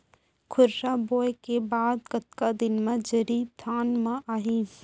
खुर्रा बोए के बाद कतका दिन म जरी धान म आही?